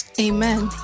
amen